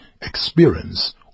experience